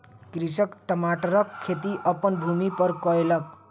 कृषक टमाटरक खेती अपन भूमि पर कयलक